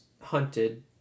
hunted